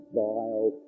vile